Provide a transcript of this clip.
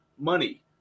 money